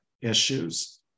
issues